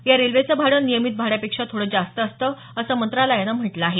या रेल्वेचं भाडं नियमित भाड्यापेक्षा थोडं जास्त असतं असं मंत्रालयानं म्हटलं आहे